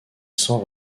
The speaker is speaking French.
sans